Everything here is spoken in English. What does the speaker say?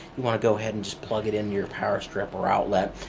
you want to go ahead and just plug it into your power strip or outlet.